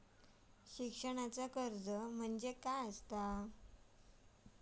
शिक्षणाचा कर्ज म्हणजे काय असा?